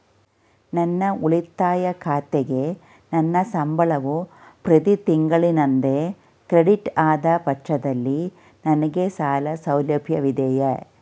ನನ್ನ ಉಳಿತಾಯ ಖಾತೆಗೆ ನನ್ನ ಸಂಬಳವು ಪ್ರತಿ ತಿಂಗಳಿನಂತೆ ಕ್ರೆಡಿಟ್ ಆದ ಪಕ್ಷದಲ್ಲಿ ನನಗೆ ಸಾಲ ಸೌಲಭ್ಯವಿದೆಯೇ?